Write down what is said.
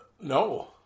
No